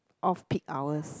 off peak hours